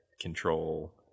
control